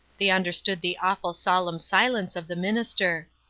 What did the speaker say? they understood the awful solemn silence of the minister.